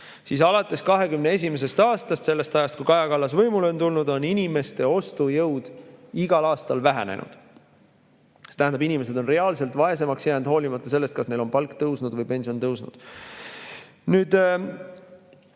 siis alates 2021. aastast, sellest ajast, kui Kaja Kallas võimule tuli, on inimeste ostujõud igal aastal vähenenud. See tähendab, et inimesed on reaalselt vaesemaks jäänud, hoolimata sellest, kas neil on palk või pension tõusnud.